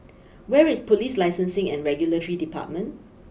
where is police Licensing and Regulatory Department